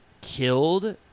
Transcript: killed